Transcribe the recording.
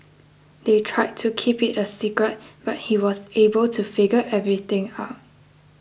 they tried to keep it a secret but he was able to figure everything out